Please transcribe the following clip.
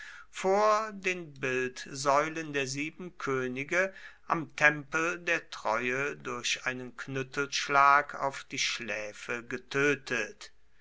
vor den bildsäulen der sieben könige am tempel der treue durch einen knüttelschlag auf die schläfe getötet